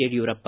Yediyurappa